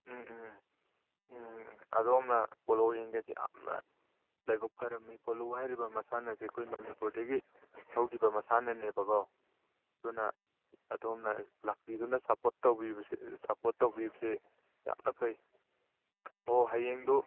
ꯎꯝ ꯎꯝ ꯎꯝ ꯎꯝ ꯑꯗꯣꯝꯅ ꯄꯣꯂꯣ ꯌꯦꯡꯒꯦꯗꯤ ꯌꯥꯝꯅ ꯂꯥꯏꯕꯛ ꯐꯔꯕꯅꯤ ꯄꯣꯂꯣ ꯍꯥꯏꯔꯤꯕ ꯃꯁꯥꯟꯅ ꯑꯁꯦ ꯑꯩꯈꯣꯏ ꯃꯅꯤꯄꯨꯔꯗꯒꯤ ꯍꯧꯈꯤꯕ ꯃꯁꯥꯟꯅꯅꯦꯕꯀꯣ ꯑꯗꯨꯅ ꯑꯗꯣꯝꯅ ꯂꯥꯛꯄꯤꯗꯨꯅ ꯁꯞꯄ꯭ꯣꯔꯠ ꯇꯧꯕꯤꯕꯁꯦ ꯁꯞꯄ꯭ꯣꯔꯠ ꯇꯧꯕꯤꯕꯁꯦ ꯌꯥꯝꯅ ꯐꯩ ꯑꯣ ꯍꯌꯦꯡꯗꯨ